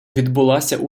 відбулася